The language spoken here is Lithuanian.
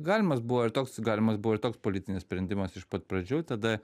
galimas buvo ir toks galimas buvo ir toks politinis sprendimas iš pat pradžių tada